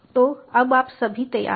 तो अब आप सभी तैयार हैं